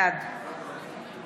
בעד